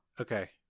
okay